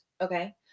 Okay